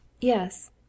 Yes